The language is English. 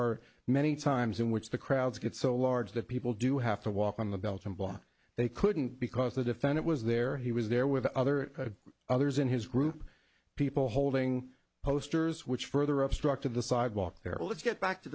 are many times in which the crowds get so large that people do have to walk on the bell to block they couldn't because the defendant was there he was there with the other others in his group people holding posters which further obstructed the sidewalk carol let's get back to